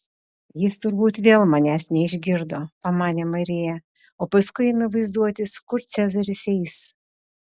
jis turbūt vėl manęs neišgirdo pamanė marija o paskui ėmė vaizduotis kur cezaris eis